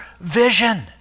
vision